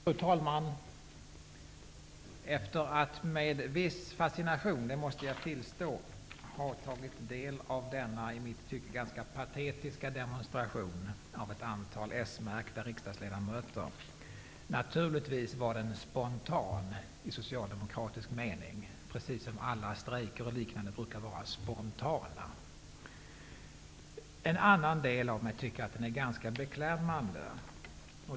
Fru talman! Jag har med viss fascination, det måste jag tillstå, tagit del av denna i mitt tycke ganska patetiska demonstration av ett antal s-märkta riksdagsledamöter. Naturligtvis var den spontan i socialdemokratisk mening, precis som alla strejker och liknande brukar vara spontana. En annan del av mig tycker att den är ganska beklämmande.